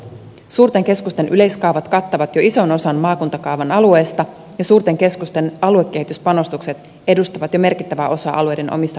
suurten keskusten yleiskaavat kattavat jo ison osan maakuntakaavan alueesta ja suurten keskusten aluekehityspanostukset edustavat jo merkittävää osaa alueiden omista voimavaroista